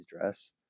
dress